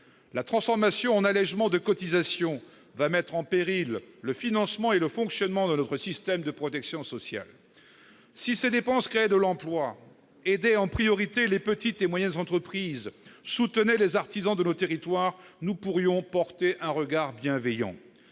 la transformation en allégements de cotisations va mettre en péril le financement et le fonctionnement de notre système de protection sociale si ces dépenses créent de l'emploi aidés en priorité les petites et moyennes entreprises soutenaient les artisans de nos territoires, nous pourrions porter un regard bienveillant